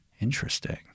Interesting